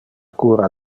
cura